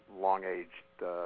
long-aged